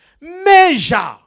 Measure